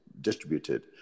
distributed